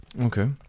Okay